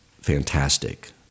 fantastic